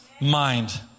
mind